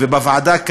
בוועדה,